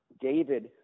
David